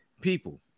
people